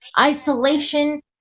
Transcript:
Isolation